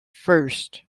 first